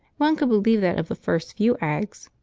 one could believe that of the first few eggs,